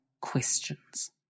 questions